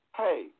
hey